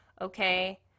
Okay